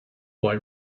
boy